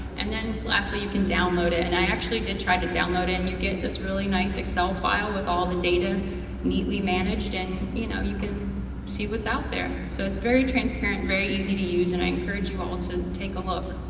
and lastly you can download it, and i actually did try to download it and you get this really nice excel file with all the data neatly managed, and you know you can see what's out there. so it's very transparent, very easy to use, and i encourage you all to take a look.